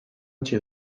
utzi